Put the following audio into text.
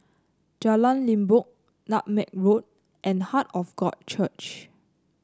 Jalan Limbok Nutmeg Road and Heart of God Church